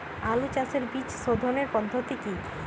আলু চাষের বীজ সোধনের পদ্ধতি কি?